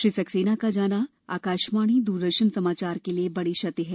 श्री सक्सेना का जाना आकाशवाणी दूरदर्शन समाचार के लिए बड़ी क्षति है